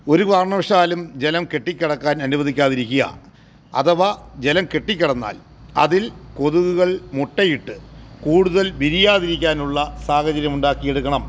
ഒരു കാരണവശാലും ജലം കെട്ടിക്കിടക്കാൻ അനുവദിക്കാതിരിക്കുക അഥവാ ജലം കെട്ടിക്കിടന്നാൽ അതിൽ കൊതുകുകൾ മുട്ടയിട്ട് കൂടുതൽ വിരിയാതിരിക്കാനുള്ള സാഹചര്യം ഉണ്ടാക്കിയെടുക്കണം